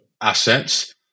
assets